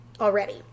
already